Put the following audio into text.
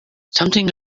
something